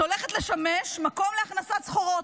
שהולכת לשמש מקום להכנסת סחורות.